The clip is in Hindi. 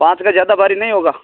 पाँच का ज़्यादा भारी नहीं होगा